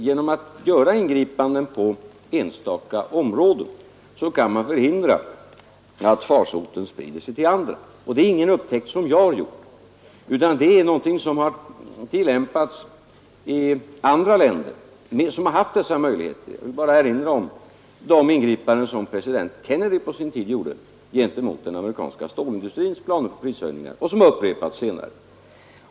Genom att göra ingripanden på enstaka områden kan man förhindra att farsoten sprider sig till andra. Och det är ingen upptäckt som jag har gjort, utan det är någonting som har tillämpats i andra länder där man haft dessa möjligheter. Jag vill bara erinra om de ingripanden som president Kennedy på sin tid gjorde gentemot den amerikanska stålindustrins planer på prishöjningar och som upprepats senare.